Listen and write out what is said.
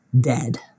Dead